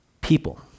people